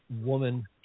woman